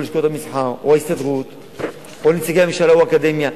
או לשכות המסחר או ההסתדרות או נציגי הממשלה או האקדמיה.